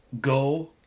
Go